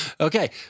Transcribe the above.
Okay